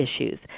issues